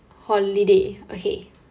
holiday okay